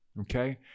Okay